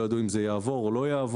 לא ידעו אם זה יעבור או לא יעבור,